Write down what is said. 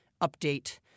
update